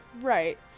Right